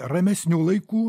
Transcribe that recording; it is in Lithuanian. ramesnių laikų